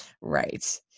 right